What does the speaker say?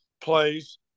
plays